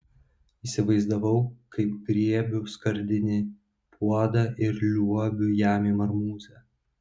įsivaizdavau kaip griebiu skardinį puodą ir liuobiu jam į marmūzę